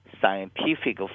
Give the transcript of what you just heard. scientific